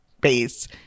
base